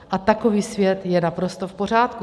A takový svět je naprosto v pořádku.